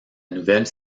nouvelle